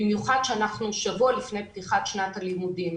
במיוחד שאנחנו שבוע לפני פתיחת הלימודים.